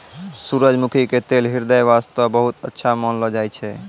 सूरजमुखी के तेल ह्रदय वास्तॅ बहुत अच्छा मानलो जाय छै